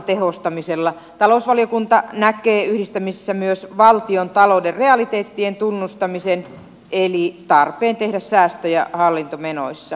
talousvaliokunta näkee yhdistämisessä myös valtionta louden realiteettien tunnustamisen eli tarpeen tehdä säästöjä hallintomenoissa